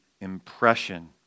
impression